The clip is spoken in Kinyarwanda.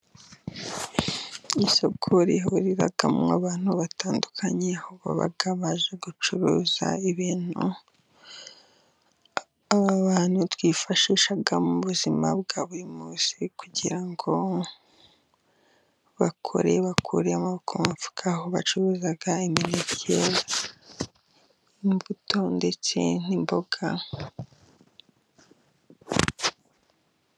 Isokori rihuriramo abantu batandukanye. Aho baba baje gucuruza ibintu bantu twifashisha mu buzima bwa buri munsi kugira ngo bakore bakuremo ku mufuka. Aho bacuruza imineke, imbuto ndetse n'imboga.